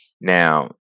Now